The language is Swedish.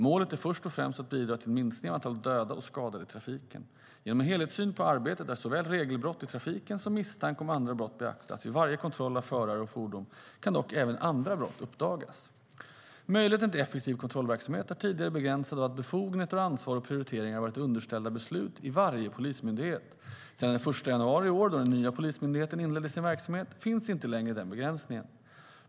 Målet är först och främst att bidra till en minskning av antalet döda och skadade i trafiken. Genom en helhetssyn på arbetet där såväl regelbrott i trafiken som misstanke om andra brott beaktas vid varje kontroll av förare och fordon kan dock även andra brott uppdagas. Möjligheten till effektiv kontrollverksamhet har tidigare begränsats av att befogenheter, ansvar och prioriteringar varit underställda beslut i varje polismyndighet. Sedan den 1 januari i år, då den nya Polismyndigheten inledde sin verksamhet, finns inte längre den begränsningen.